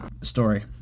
story